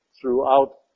throughout